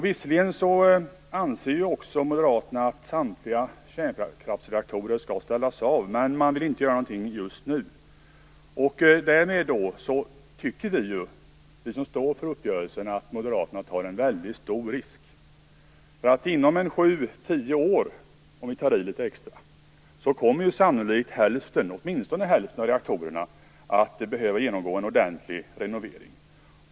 Visserligen anser också Moderaterna att samtliga kärnkraftsreaktorer skall ställas av, men man vill inte göra någonting just nu. Vi som står för uppgörelsen tycker att Moderaterna tar en väldigt stor risk. Inom 7-10 år, om vi tar i litet extra, kommer sannolikt åtminstone hälften av reaktorerna att behöva genomgå en ordentlig renovering.